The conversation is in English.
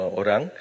orang